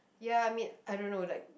ya I mean I don't know like